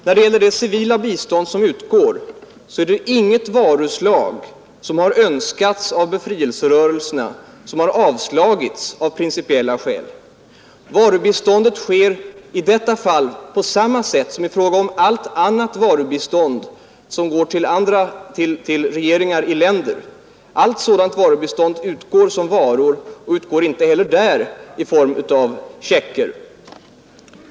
När det gäller det civila bistånd som utgår har inget varuslag, varom önskemål framställts av befrielserörelserna, föranlett avslag av principiella skäl. Biståndet ges i detta fall på samma sätt som i fråga om allt annat varubistånd som går till regeringar i olika länder. Allt sådant bistånd utgår i form av varor och utgår alltså inte heller till regeringarna i form av checker.